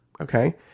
Okay